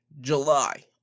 July